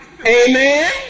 Amen